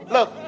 Look